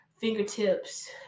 fingertips